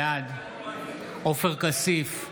בעד עופר כסיף,